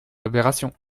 aberrations